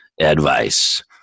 advice